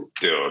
dude